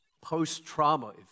post-trauma